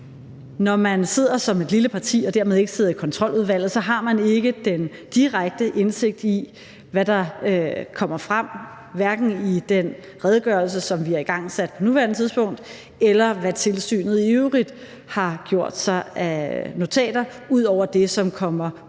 Når man sidder som et lille parti og dermed ikke sidder i Kontroludvalget, så har man ikke den direkte indsigt i, hvad der kommer frem, hverken i den redegørelse, som vi har igangsat på nuværende tidspunkt, eller i, hvad tilsynet i øvrigt har lavet af notater ud over det, som kommer ud til